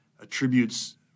Attributes